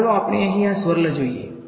ચાલો આપણે અહીં આ સ્વર્લ જોઈએ